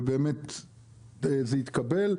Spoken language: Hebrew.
ובאמת זה יתקבל,